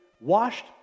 washed